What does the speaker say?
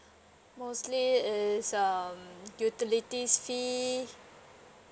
mostly is um utilities fee